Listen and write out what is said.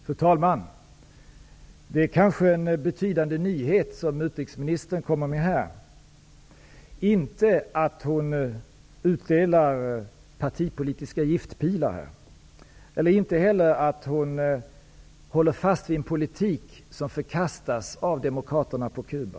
Fru talman! Det är kanske en betydande nyhet som utrikesministern för fram här. Nyheten är inte att hon utdelar partipolitiska giftpilar. Den är inte heller att hon håller fast vid en politik som förkastas av demokraterna på Cuba.